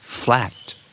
Flat